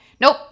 Nope